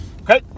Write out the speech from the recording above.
Okay